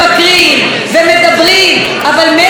אבל מילא הייתם מדברים על דברים שאתם מבינים,